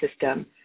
system